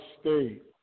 State